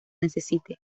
necesite